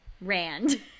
Rand